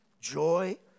joy